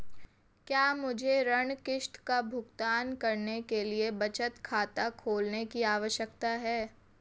क्या मुझे ऋण किश्त का भुगतान करने के लिए बचत खाता खोलने की आवश्यकता है?